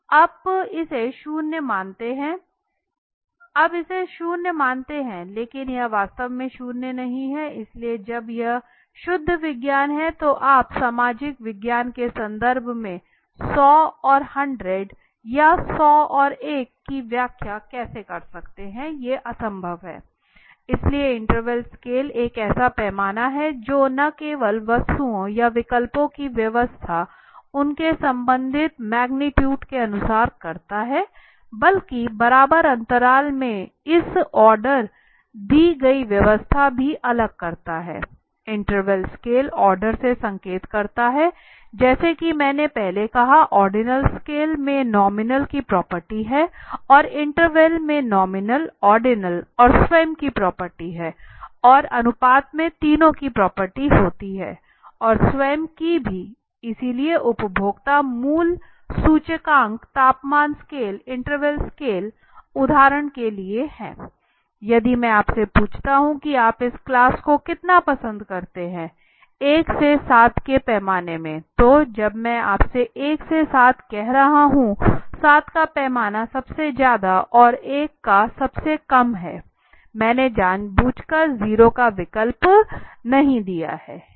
आप इसे शून्य मानते हैं लेकिन यह वास्तव में शून्य नहीं है इसलिए जब यह शुद्ध विज्ञान है तो आप सामाजिक विज्ञान के संदर्भ में 0 और 100 या 0 और 1 की व्याख्या कैसे कर सकते हैं यह असंभव है इसलिए इंटरवल स्केल एक ऐसा पैमाना है जो न केवल वस्तुओं या विकल्प की व्यवस्था उनके संबंधित मगनीटुड के अनुसार करता हैं लेकिन बराबर अंतराल में इस आर्डर दी गई व्यवस्था भी अलग करता हैं इंटरवल स्केल ऑर्डर से संकेत करता है जैसा कि मैंने पहले कहा ऑर्डिनल स्केल में नॉमिनल की प्रॉपर्टी है और इंटरवल में नॉमिनल ऑर्डिनल और स्वयं की प्रॉपर्टी है और अनुपात में तीनों की प्रॉपर्टी होती है और स्वयं की भी इसलिए उपभोक्ता मूल्य सूचकांक तापमान स्केल इंटरवल स्केल उदाहरण के लिए हैं यदि मैं आपसे पूछता हूं कि आप इस क्लास को कितना पसंद करते हैं 1 से 7 के पैमाने में तो जब मैं 1 से 7 कह रहा हूं 7 का पैमाना सबसे ज्यादा और 1 का सबसे कम हैं मैंने जानबूझकर 0 का विकल्प नहीं दिया है